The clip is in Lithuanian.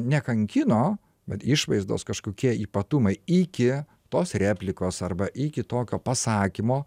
nekankino vat išvaizdos kažkokie ypatumai iki tos replikos arba iki tokio pasakymo